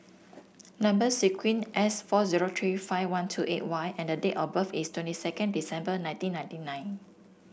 number sequence S four zero three five one two eight Y and date of birth is twenty second December nineteen ninety nine